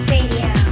Radio